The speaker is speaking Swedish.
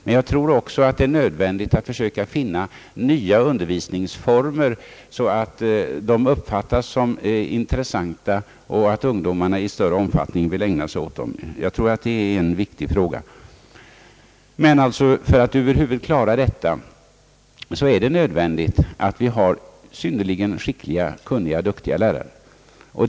Det är också nödvändigt att försöka finna nya undervisningsformer, så att de uppfattas som intressanta och så att ungdomarna i större omfattning vill ägna sig åt dem. Det tror jag är en viktig fråga. Men för att över huvud taget klara detta är det nödvändigt att vi har synnerligen skickliga och kunniga lärare.